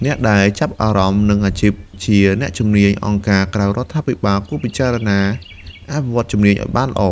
អ្នកដែលចាប់អារម្មណ៍នឹងអាជីពជាអ្នកជំនាញអង្គការក្រៅរដ្ឋាភិបាល គួរពិចារណាអភិវឌ្ឍជំនាញឱ្យបានល្អ។